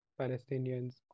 palestinians